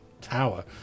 Tower